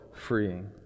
freeing